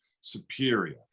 superior